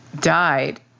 died